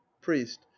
priest